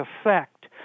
effect